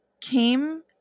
came